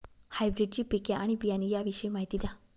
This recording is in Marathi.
हायब्रिडची पिके आणि बियाणे याविषयी माहिती द्या